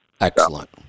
Excellent